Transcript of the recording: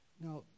Now